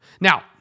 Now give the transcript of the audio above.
Now